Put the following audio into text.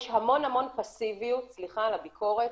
יש המון פסיביות, סליחה על הביקורת,